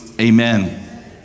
amen